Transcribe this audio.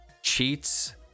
cheats